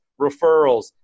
referrals